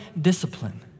discipline